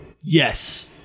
Yes